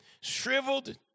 shriveled